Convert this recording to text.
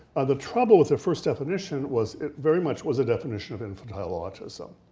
the trouble with the first definition was it very much was a definition of infantile autism.